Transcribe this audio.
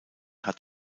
hat